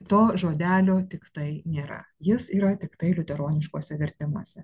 to žodelio tiktai nėra jis yra tiktai liuteroniškose vertimuose